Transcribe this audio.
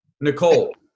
Nicole